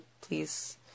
please